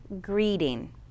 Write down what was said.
greeting